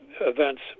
events